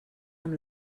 amb